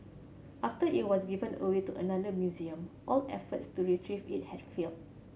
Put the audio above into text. after it was given away to another museum all efforts to retrieve it had failed